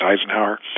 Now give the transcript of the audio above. Eisenhower